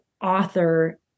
author